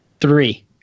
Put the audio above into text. three